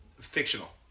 fictional